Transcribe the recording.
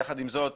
יחד עם זאת,